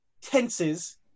tenses